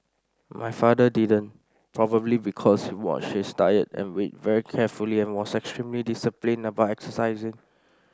my father didn't probably because he watched his diet and weight very carefully and was extremely disciplined about exercising